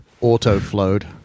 auto-flowed